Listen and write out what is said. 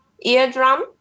eardrum